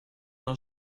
d’un